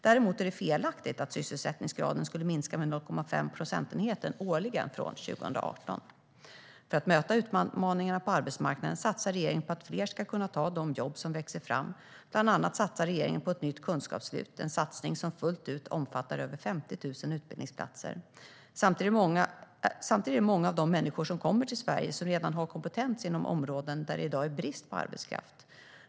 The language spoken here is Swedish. Däremot är det felaktigt att sysselsättningsgraden skulle minska med 0,5 procentenheter årligen från 2018. För att möta utmaningarna på arbetsmarknaden satsar regeringen på att fler ska kunna ta de jobb som växer fram. Bland annat satsar regeringen på ett nytt kunskapslyft, en satsning som fullt ut omfattar över 50 000 utbildningsplatser. Samtidigt är det många av de människor som kommer till Sverige som redan har kompetens inom områden där det i dag är brist på arbetskraft.